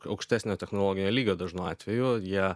aukštesnio technologinio lygio dažnu atveju jie